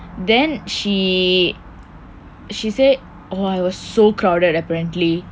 then she she said oh it was so crowded apparently